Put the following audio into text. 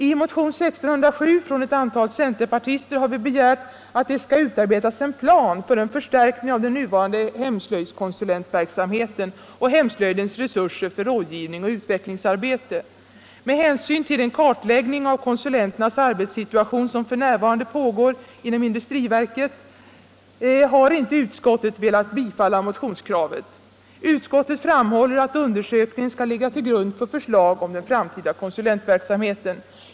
I motionen 1607 från ett antal centerpartister har vi begärt att det skall utarbetas en plan för att förstärkning av den nuvarande hemslöjdskonsulentverksamheten och hemslöjdens resurser för rådgivning och utvecklingsarbete. Med hänsyn till den kartläggning av konsulenternas arbetssituation som f.n. pågår inom industriverket har inte utskottet velat bifalla motionskravet. Utskottet framhåller att undersökningen skall ligga till grund för förslag om den framtida konsulentverksamheten.